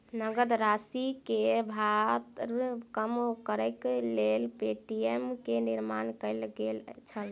नकद राशि के भार कम करैक लेल पे.टी.एम के निर्माण कयल गेल छल